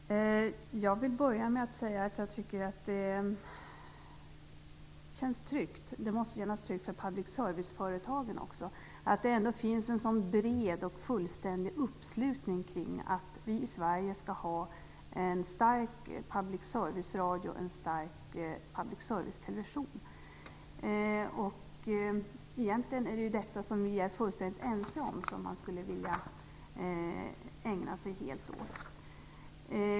Herr talman! Jag vill börja med att säga att jag tycker att det känns tryggt, och det måste kännas tryggt för public service-företagen också, att det ändå finns en så bred och fullständig uppslutning kring att vi i Sverige skall ha en starkt public service-radio och en starkt public service-television. Egentligen skulle man vilja ägna sig helt åt det som vi är fullständigt ense om.